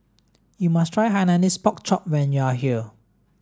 you must try Hainanese pork chop when you are here